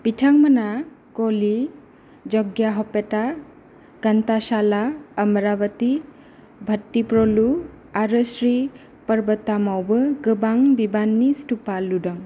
बिथांमोना गलि जग्गियाहपेटा गन्ताशाला अमराबति भट्टीप्रोलु आरो श्री पर्बतामावबो गोबां बिबांनि स्तुपा लुदों